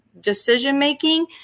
decision-making